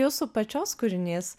jūsų pačios kūrinys